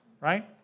right